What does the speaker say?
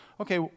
okay